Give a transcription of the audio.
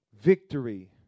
victory